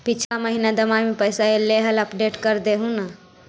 पिछला का महिना दमाहि में पैसा ऐले हाल अपडेट कर देहुन?